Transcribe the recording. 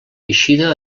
eixida